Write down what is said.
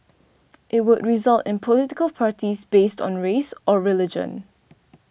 it would result in political parties based on race or religion